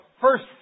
first